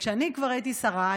כשאני הייתי שרה,